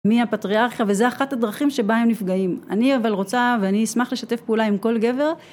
מי הפטריארכיה וזה אחת הדרכים שבה הם נפגעים אני אבל רוצה ואני אשמח לשתף פעולה עם כל גבר